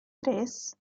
tres